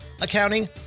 accounting